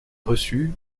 reçu